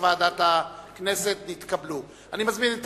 הוועדה בנושא שינוי החלטת הכנסת מיום 6